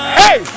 hey